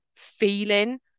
feeling